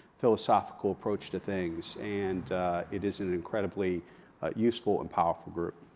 philosophical approach to things, and it is an incredibly useful and powerful group.